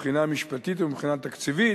מבחינה משפטית ומבחינה תקציבית,